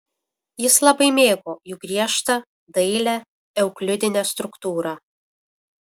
jis labai mėgo jų griežtą dailią euklidinę struktūrą